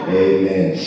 amen